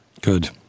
Good